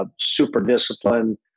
super-disciplined